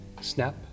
snap